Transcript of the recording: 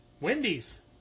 Wendy's